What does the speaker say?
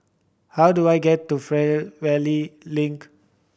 how do I get to Fernvale Link